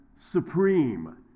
supreme